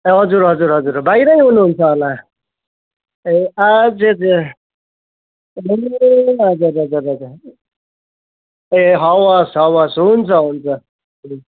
ए हजुर हजुर हजुर बाहिर हुनु हुन्छ होला ए आज जे ए हजुर हजुर ए हवस् हवस् हुन्छ हुन्छ